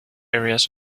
areas